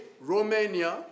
Romania